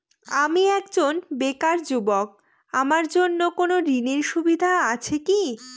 আমি একজন বেকার যুবক আমার জন্য কোন ঋণের সুবিধা আছে কি?